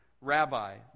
Rabbi